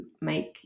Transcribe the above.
make